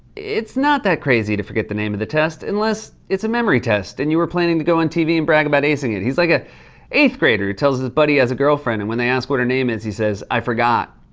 it's not that crazy to forget the name of the test, unless it's a memory test and you were planning to go on tv and brag about acing it. he's like a eighth grader who tells his buddy he has a girlfriend and, when they ask what a name is, he says, i forgot.